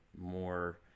more